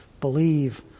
believe